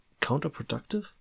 counterproductive